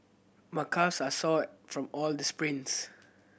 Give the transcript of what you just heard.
my calves are sore from all the sprints